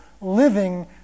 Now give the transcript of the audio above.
living